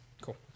Cool